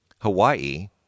Hawaii